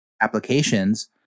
applications